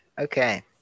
okay